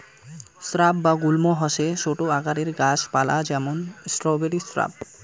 shrub বা গুল্ম হসে ছোট আকারের গাছ পালা যেমন স্ট্রবেরি স্রাব